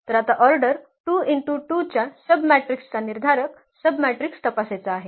तर आता ऑर्डर 2 × 2 च्या सबमॅट्रिक्स चा निर्धारक सबमॅट्रिक्स तपासायचा आहे